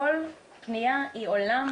כל פנייה היא עולם.